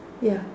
ya